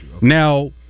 Now